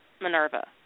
Minerva